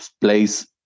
place